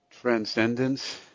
transcendence